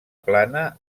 plana